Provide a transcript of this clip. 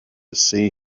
see